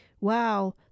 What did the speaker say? wow